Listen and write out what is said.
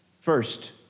First